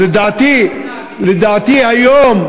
לדעתי, היום,